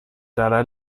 dalai